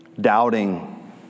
doubting